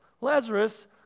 Lazarus